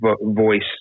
voice